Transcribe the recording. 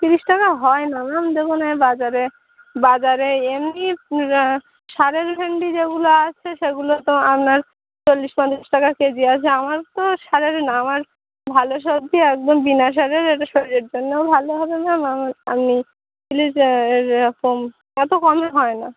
তিরিশ টাকা হয় না ম্যাম দেখুন এই বাজারে বাজারে এমনি সাধারণ ভেন্ডি যেগুলো আসছে সেগুলো তো আপনার চল্লিশ পঞ্চাশ টাকা কেজি আছে আমার তো সারের না আমার ভালো সবজি একদম বিনা সারের যেটা শরীরের জন্যও ভালো হবে ম্যাম আম আপনি প্লিজ এরকম অত কমে হয় না